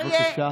בבקשה.